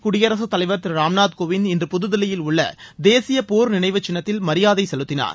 குடியரசுத் தலைவர் திரு ராம்நாத் கோவிந்த் இன்று புதுதில்லியில் உள்ள தேசிய போர் நினைவுசின்னத்தில் மரியாதை செலுத்தினார்